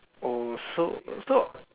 oh so so